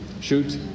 Shoot